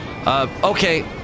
Okay